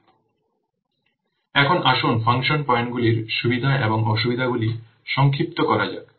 সুতরাং এখন আসুন ফাংশন পয়েন্টগুলির সুবিধা এবং অসুবিধাগুলি সংক্ষিপ্ত করা যাক